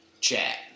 chat